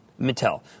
Mattel